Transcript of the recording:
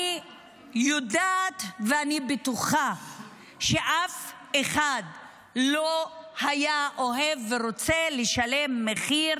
אני יודעת ואני בטוחה שאף אחד לא היה אוהב ורוצה לשלם מחיר